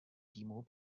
týmu